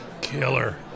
Killer